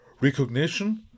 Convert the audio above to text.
Recognition